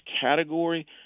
category